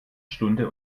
stunde